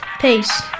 Peace